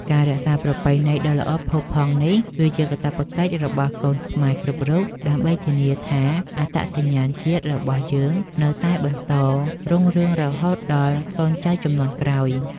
ការថែរក្សាប្រពៃណីដ៏ល្អផូរផង់នេះគឺជាកាតព្វកិច្ចរបស់កូនខ្មែរគ្រប់រូបដើម្បីធានាថាអត្តសញ្ញាណជាតិរបស់យើងនៅតែបន្តរុងរឿងរហូតដល់កូនចៅជំនាន់ក្រោយ។